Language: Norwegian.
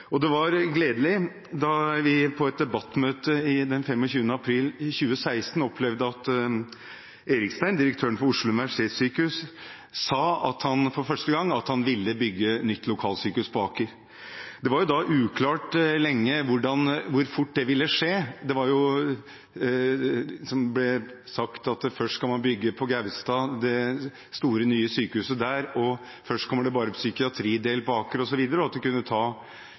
Det var gledelig da vi på et debattmøte den 25. april 2016 opplevde at Bjørn Erikstein, direktøren for Oslo universitetssykehus, for første gang sa at han ville bygge nytt lokalsykehus på Aker. Men det var lenge uklart hvor fort det ville skje. Det ble sagt at først skulle man bygge det store, nye sykehuset på Gaustad, først kom det bare psykiatridel på Aker, osv. – det kunne ta